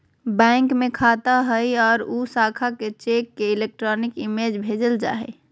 bank में खाता हइ और उ शाखा के चेक के इलेक्ट्रॉनिक इमेज भेजल जा हइ